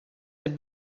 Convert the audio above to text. had